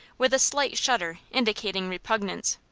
with a slight shudder indicating repugnance.